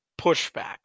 pushback